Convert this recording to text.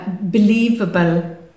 believable